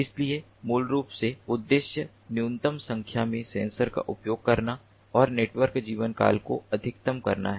इसलिए मूल रूप से उद्देश्य न्यूनतम संख्या में सेंसर का उपयोग करना और नेटवर्क जीवनकाल को अधिकतम करना है